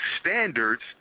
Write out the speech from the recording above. standards